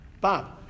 Bob